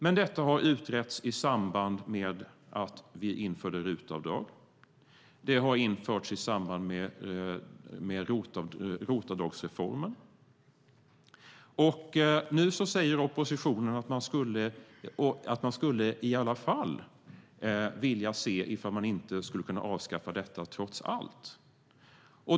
Men detta har utretts i samband med att vi införde RUT-avdraget och det har utretts i samband med ROT-avdragsreformen. Nu säger oppositionen att man trots allt skulle vilja se ifall man inte skulle kunna avskaffa detta.